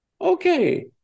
Okay